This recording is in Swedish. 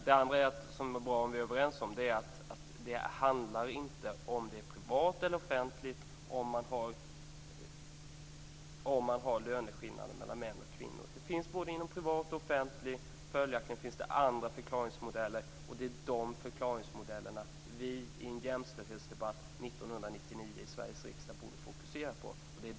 Det andra som det är bra att vi är överens om är att löneskillnader mellan män och kvinnor inte handlar om huruvida det är privat eller offentligt. Löneskillnaderna finns både inom privat och offentligt. Följaktligen finns det andra förklaringsmodeller, och det är de förklaringsmodellerna som vi i en jämställdhetsdebatt i Sveriges riksdag 1999 borde sätta i fokus.